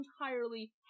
entirely